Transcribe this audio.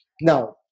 Now